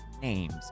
names